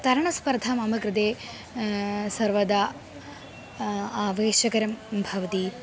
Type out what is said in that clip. तरणस्पर्धा मम कृते सर्वदा आवश्यकरं भवति